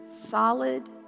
solid